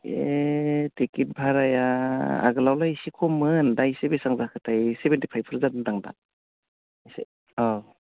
ए ticket भाराया आगोलावलाय एसे खममोन दायोसो बेसां जाखोथाय सेभेनटि फाइभफोर जादोंदां दा एसे औ